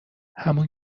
همون